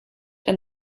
and